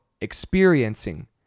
experiencing